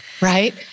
right